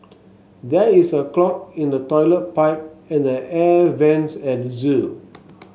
there is a clog in the toilet pipe and the air vents at the zoo